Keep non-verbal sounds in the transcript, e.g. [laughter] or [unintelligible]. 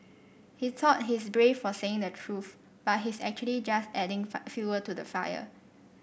he thought he's brave for saying the truth but he's actually just adding [unintelligible] fuel to the fire